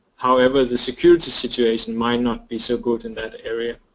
however, the security situation might not be so good in that area.